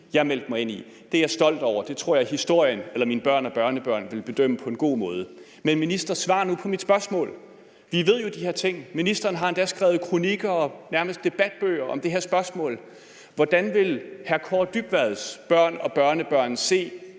jeg meldte mig ind i. Det er jeg stolt over, og det tror jeg historien eller mine børn og børnebørn vil bedømme på en god måde. Men, minister, svar nu på mit spørgsmål. Vi ved jo de her ting. Ministeren har endda skrevet kronikker og nærmest debatbøger om det her spørgsmål. Hvordan vil udlændinge- og